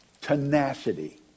tenacity